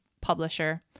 publisher